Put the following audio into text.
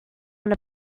want